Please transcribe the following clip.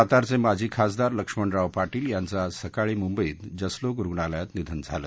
सातारचे माजी खासदार लक्ष्मणराव पाटील यांचं आज सकाळी मुंबईत जसलोक रुग्णालयात निधन झालं